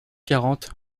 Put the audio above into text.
quarante